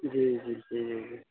جی جی صحیح